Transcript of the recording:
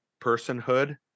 personhood